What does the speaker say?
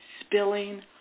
spilling